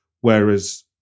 Whereas